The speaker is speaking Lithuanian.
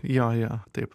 jo jo taip